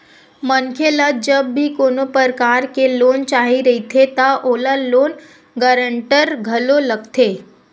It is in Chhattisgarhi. मनखे ल जब भी कोनो परकार के लोन चाही रहिथे त ओला लोन गांरटर घलो लगथे